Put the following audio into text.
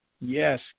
Yes